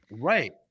Right